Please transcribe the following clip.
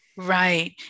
Right